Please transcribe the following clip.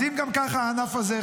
אז אם גם ככה הענף הזה,